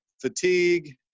fatigue